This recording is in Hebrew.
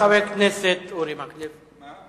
חבר הכנסת אורי מקלב.